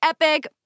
epic